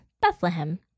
Bethlehem